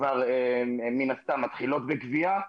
כבר מן הסתם מתחילות בגבייה,